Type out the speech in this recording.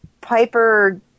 Piper